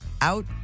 out